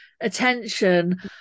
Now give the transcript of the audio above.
attention